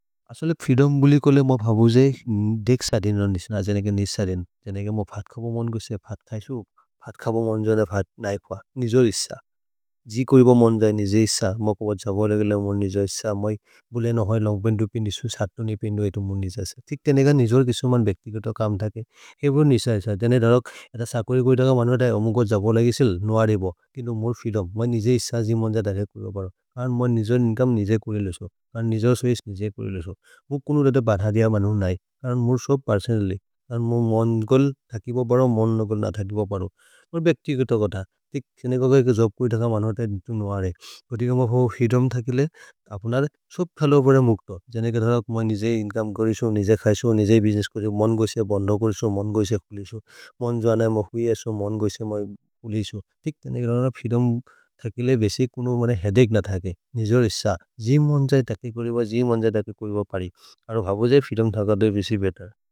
असले फ्रीदोम् बुलिकोले म भबुजे देक्स दिनन् निस्न, अज नेके निस दिन्। जनेके म भत् खब मन् गुस्से, भत् थैसु, भत् खब मन् जने भत् नैफुअ, निजोर् इस्स। जि कोइब मन् जने निजोर् इस्स, म पप जब लगेल मन् निजोर् इस्स। मै बुलेन है लग्बेन्दु पिन्दिसु, सत्तु निपेन्दु एतु मन् निजस। तिक् तेनेग निजोर् किसुमन् भेक्ति कतो कम् धके। एवो निस इस्स, देने दरक् एत सकरि गोइ धक मन् भत अए, अमु क जब लगेसिल्, नोअरेब। किनो मोर् फ्रीदोम्, म निजोर् इस्स, जि मन् जते करो पर। करन् म निजोर् इन्चोमे निजे कुरेलेसो। करन् निजोर् छोइचे निजे कुरेलेसो। मु कुनो रते बधदिय मनु नै। करन् मुर् सो पेर्सोनल्ल्य्। करन् मुर् मन् गोल् थकिप पर, मन् नगोल् न थकिप पर। मोर् भेक्ति कतो कत। तिक् जने कको एको जोब् कोरि धक मन् भत एतु नोअरे। कोतिकम हो फ्रीदोम् थकिले, अपुनरे, सोब् थलो भरे मुक्त। जनेके दरक् म निजे इन्चोमे कुरेसो, निजे थैसो, निजे बुसिनेस्स् कोरेसे। मन् गुस्से बन्ध कुरेसो, मन् गुस्से खुलेसो, मन् जनए म हुयेसो, मन् गुस्से मै खुलेसो। तिक् जनेके दरक् फ्रीदोम् थकिले, बेसि कुनो मने हेअदछे न थके। निजोर् इस्स। जि मन् जते थके कोरिव, जि मन् जते थके कोरिव परि। अरो भबो जये फ्रीदोम् थकदे बेसि बेत्तेर्।